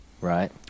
Right